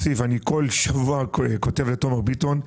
כל שבוע אני כותב לתומר ביטון.